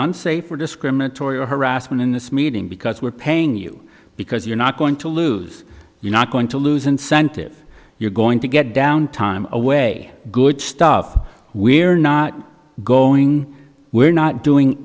unsafe or discriminatory or harassment in this meeting because we're paying you because you're not going to lose you're not going to lose incentive you're going to get down time away good stuff we're not going we're not doing